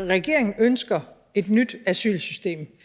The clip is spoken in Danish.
Regeringen ønsker et nyt asylsystem